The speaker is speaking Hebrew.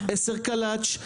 10 קלאצ',